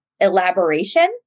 Elaboration